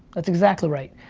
that's exactly right.